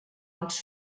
els